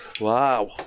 Wow